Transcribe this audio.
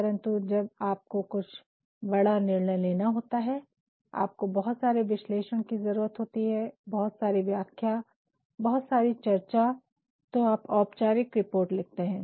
परन्तु जब आपको कुछ बड़ा निर्णय लेना होता हैं और आपको बहुत सारे विश्लेषण कि ज़रुरत होती हैं बहुत सारी व्याख्या बहुत सारी चर्चा तो आप औपचारिक रिपोर्ट लिखते हैं